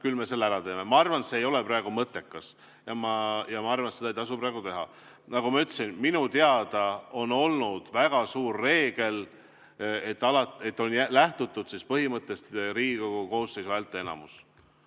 küll me selle ära teeksime. Aga ma arvan, et see ei ole praegu mõttekas, ja ma arvan, et seda ei tasu praegu teha. Nagu ma ütlesin, minu teada on olnud väga suur reegel, et on lähtutud põhimõttest – Riigikogu koosseisu häälteenamus.